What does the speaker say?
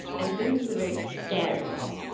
and this is a very scary mob.